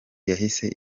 yahise